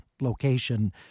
location